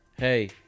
Hey